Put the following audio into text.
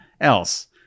else